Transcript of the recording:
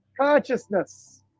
consciousness